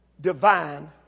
Divine